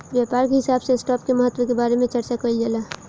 व्यापार के हिसाब से स्टॉप के महत्व के बारे में चार्चा कईल जाला